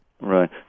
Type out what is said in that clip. Right